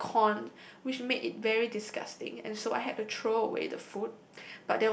and corns which make it very disgusting and so I had to throw away the food